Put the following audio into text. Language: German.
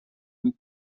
nur